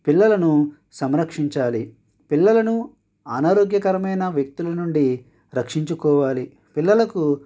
పిల్లలను సంరక్షించాలి పిల్లలను అనారోగ్యకరమైన వ్యక్తుల నుండి రక్షించుకోవాలి పిల్లలకు